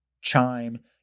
chime